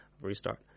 restart